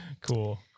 Cool